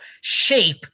shape